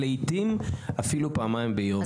לעיתים אפילו פעמיים ביום.